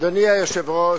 אדוני היושב-ראש,